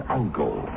uncle